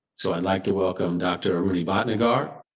so i'd like to welcome dr rudy bhatnagar.